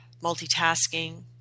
multitasking